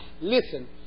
Listen